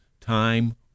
time